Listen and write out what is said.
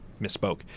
Misspoke